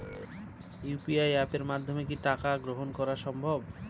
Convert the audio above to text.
UPI অ্যাপের মাধ্যমে কি টাকা গ্রহণ করাও সম্ভব?